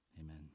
amen